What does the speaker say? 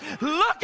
Look